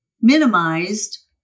minimized